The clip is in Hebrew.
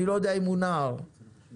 אני לא יודע אם הוא נער, בערך.